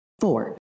Four